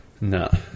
No